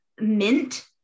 mint